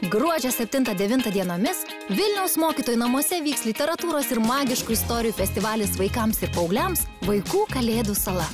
gruodžio septintą devintą dienomis vilniaus mokytojų namuose vyks literatūros ir magiškų istorijų festivalis vaikams ir paaugliams vaikų kalėdų sala